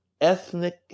ethnic